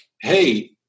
hey